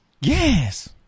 Yes